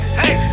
hey